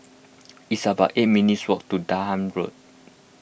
it's about eight minutes' walk to Durham Road